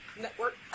network